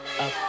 up